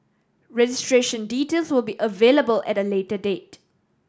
registration details will be available at a later date